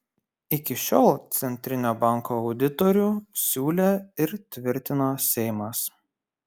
iki šiol centrinio banko auditorių siūlė ir tvirtino seimas